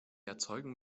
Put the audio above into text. erzeugen